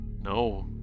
No